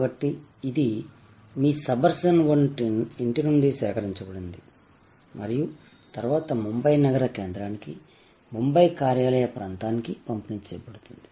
కాబట్టి ఇది మీ సబర్బన్ ఇంటి నుండి సేకరించబడుతుంది మరియు తరువాత ముంబై నగర కేంద్రానికి ముంబై కార్యాలయ ప్రాంతానికి పంపిణీ చేయబడుతుంది